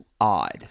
odd